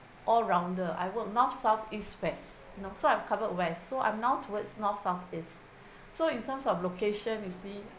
all-rounder I work north south east west you know so I covered west so I'm now towards north south east so in terms of location you see